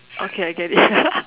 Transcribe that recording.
okay I get it